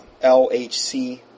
LHC